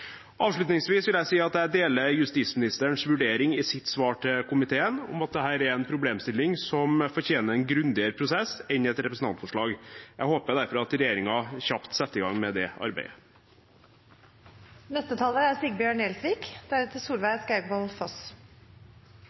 Avslutningsvis vil jeg si at jeg deler justisministerens vurdering i sitt svar til komiteen om at dette er en problemstilling som fortjener en grundigere prosess enn et representantforslag. Jeg håper derfor at regjeringen kjapt setter i gang med det